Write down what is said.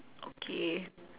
okay